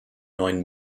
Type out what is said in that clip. neuen